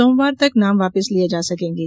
सोमवार तक नाम वापस लिए जा सकेंगे